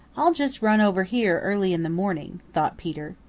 i'll just run over here early in the morning, thought peter.